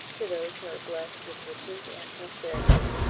to those who are blest with riches and prosperity.